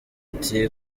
ati